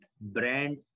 brand